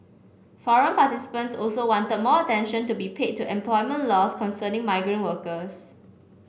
forum participants also wanted more attention to be paid to employment laws concerning migrant workers